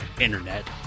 Internet